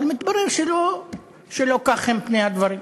אבל מתברר שלא כאלה הם פני הדברים.